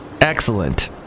Excellent